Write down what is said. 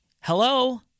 Hello